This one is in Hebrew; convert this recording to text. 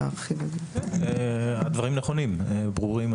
הדברים נכונים וברורים.